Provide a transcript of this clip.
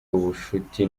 ubucuti